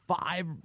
five